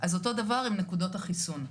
אז אותו דבר עם נקודות החיסון.